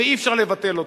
ואי-אפשר לבטל אותה.